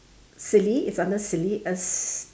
silly it's under silly uh